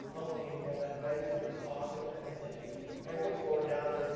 unbelievable, that venue is awesome. and i think everyone's going down there.